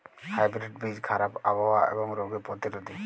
hybrid বীজ খারাপ আবহাওয়া এবং রোগে প্রতিরোধী